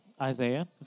Isaiah